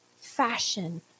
fashion